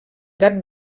gat